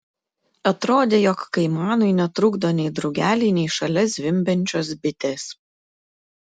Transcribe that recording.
atrodė jog kaimanui netrukdo nei drugeliai nei šalia zvimbiančios bitės